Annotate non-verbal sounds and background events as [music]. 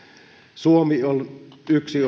suomi on yksi [unintelligible]